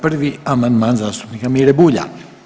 Prvi amandman zastupnika Mire Bulja.